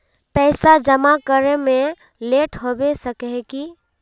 पैसा जमा करे में लेट होबे सके है की?